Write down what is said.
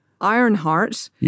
Ironheart